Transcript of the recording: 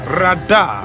rada